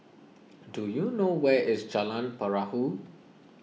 do you know where is Jalan Perahu